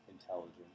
intelligent